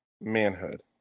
manhood